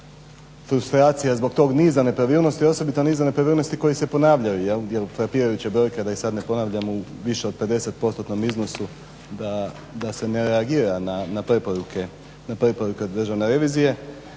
razumije./… zbog tog niza nepravilnosti, osobito niza nepravilnosti koji se ponavljaju jel'. Jer je frapirajuća brojka da je sad ne ponavljam u više od 50%-nom iznosu da se ne reagira na preporuke Državne revizije